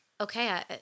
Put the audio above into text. okay